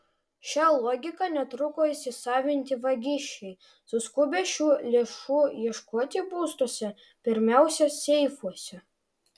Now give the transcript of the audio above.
šią logiką netruko įsisavinti vagišiai suskubę šių lėšų ieškoti būstuose pirmiausia seifuose